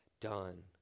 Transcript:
done